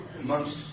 months